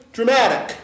Dramatic